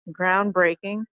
groundbreaking